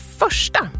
första